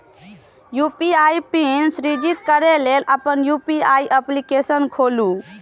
UPI PIN सृजित करै लेल अपन यू.पी.आई एप्लीकेशन खोलू